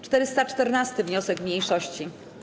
414. wniosek mniejszości.